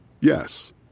Yes